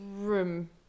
room